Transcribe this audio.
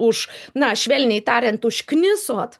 už na švelniai tariant užknisot